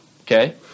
Okay